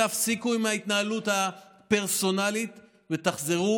תפסיקו עם ההתנהלות הפרסונלית ותחזרו